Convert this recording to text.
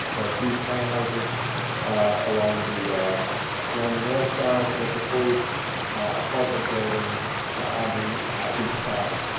there are a few townhouses along the along the north side and a proposed apartment building on the east side.